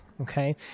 Okay